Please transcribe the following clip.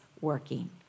working